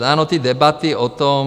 Ano, ty debaty o tom...